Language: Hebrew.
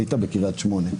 היית בקריית שמונה,